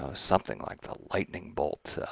ah something, like the lightning bolt,